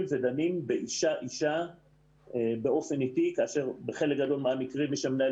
ודנים בכל אישה באופן עתי כאשר בחלק גדול מהמקרים מי שמנהל